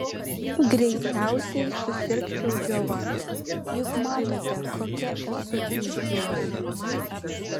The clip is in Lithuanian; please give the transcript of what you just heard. greičiausiai susirgčiau džiova juk matote kokia esu išdžiūvusi